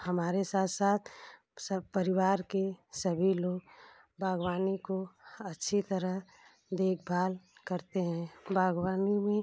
हमारे साथ साथ सब परिवार के सभी लोग बागवानी को अच्छी तरह देखभाल करते हैं बागवानी में